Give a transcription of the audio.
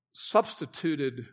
Substituted